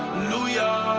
lujah